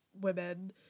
women